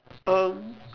um